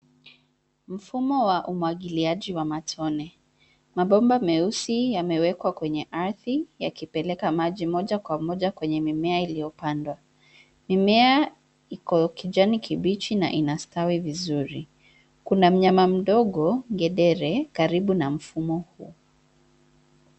Mfumo wa umwagiliaji wa matone, mabomba meusi yamewekwa kwenye ardhi yakipelekea maji moja kwa moja kwenye mimea iliyopandwa, mimea, iko kijani kibichi na inastawi vizuri, kuna mnyama mdogo ngedere karibu na mfumo huu.